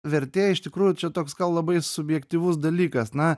vertė iš tikrųjų čia toks labai subjektyvus dalykas na